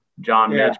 john